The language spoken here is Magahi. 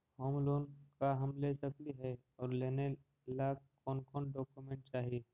होम लोन का हम ले सकली हे, और लेने ला कोन कोन डोकोमेंट चाही?